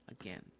again